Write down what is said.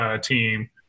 team